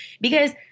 because-